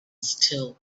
still